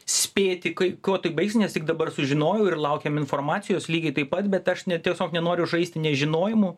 spėti kai kuo tai baigs nes tik dabar sužinojau ir laukiam informacijos lygiai taip pat bet aš ne tiesiog nenoriu žaisti nežinojimu